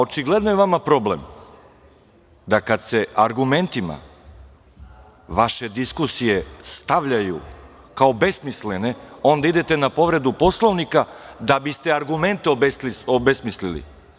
Očigledno je vama problem da kada se argumentima vaše diskusije stavljaju kao besmislene, onda idete na povredu Poslovnika da biste argument obesmislili.